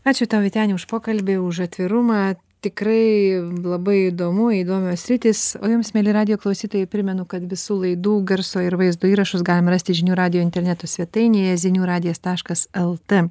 ačiū tau vyteni už pokalbį už atvirumą tikrai labai įdomu įdomios sritys o jums mieli radijo klausytojai primenu kad visų laidų garso ir vaizdo įrašus galima rasti žinių radijo interneto svetainėje zinių radijas taškas lt